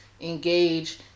engage